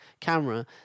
camera